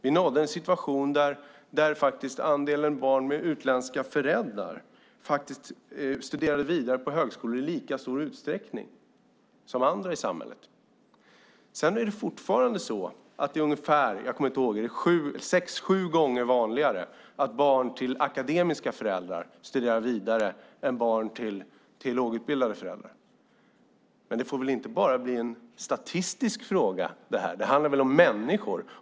Vi nådde en situation där barn med utländska föräldrar i lika stor utsträckning som andra i samhället studerade vidare vid högskola. Fortfarande är det dock sex eller sju - jag minns inte exakt - gånger vanligare att barn med akademiska föräldrar studerar vidare än att barn som har lågutbildade föräldrar gör det. Det här får väl inte bli bara en statistikfråga. Det handlar väl om människor.